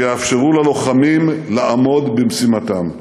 שיאפשרו ללוחמים לעמוד במשימתם.